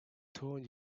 told